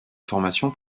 formation